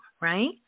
right